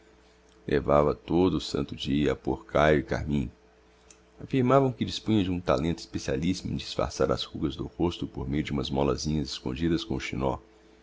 levava todo o santo dia a pôr caio e carmim affirmavam que dispunha de um talento especialissimo em disfarçar as rugas do rosto por meio de umas mólazinhas escondidas com